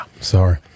sorry